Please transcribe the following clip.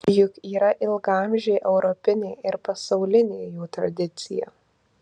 juk yra ilgaamžė europinė ir pasaulinė jų tradicija